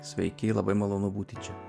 sveiki labai malonu būti čia